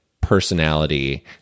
personality